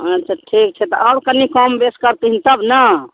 अच्छा ठीक छै तऽ आउ कनी कमबेस करथिन तब ने